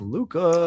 Luca